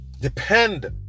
depend